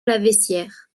laveissière